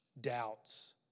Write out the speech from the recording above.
doubts